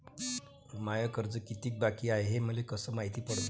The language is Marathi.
माय कर्ज कितीक बाकी हाय, हे मले कस मायती पडन?